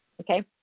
okay